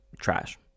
trash